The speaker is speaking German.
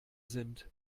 sind